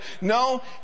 No